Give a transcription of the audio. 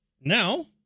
now